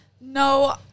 No